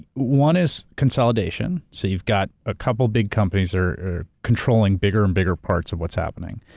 one is consolidation, so you've got a couple big companies are are controlling bigger and bigger parts of what's happening,